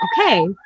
okay